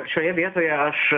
šioje vietoje aš